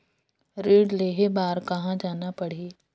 ऋण लेहे बार कहा जाना पड़ही?